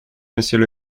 monsieur